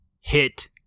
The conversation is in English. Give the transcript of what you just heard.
hit